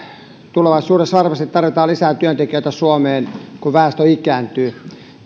tulevaisuudessa varmasti tarvitaan lisää työntekijöitä suomeen kun väestö ikääntyy